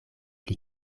pli